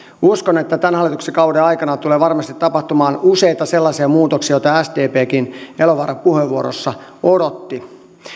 uskon että tämän hallituskauden aikana tulee varmasti tapahtumaan useita sellaisia muutoksia joita sdpnkin eloranta puheenvuorossaan odotti